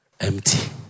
Empty